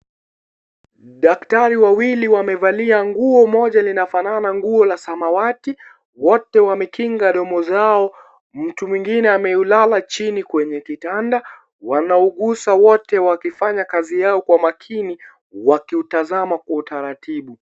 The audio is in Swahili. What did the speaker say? Daktari wawili wamevalia nguo moja linafanana nguo la samawati, wote wamekinga ndomo zao mtu mwingine ameulala chini kwenye kitanda wanauguza wote wakifanya kazi kwa makini wakiutazama kwa utaratibu.